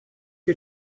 que